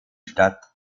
stadt